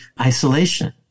isolation